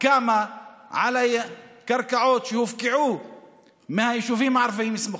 קמה על הקרקעות שהופקעו מהיישובים הערביים הסמוכים.